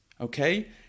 Okay